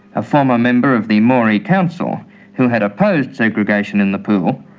a former member of the moree council who had opposed segregation in the pool,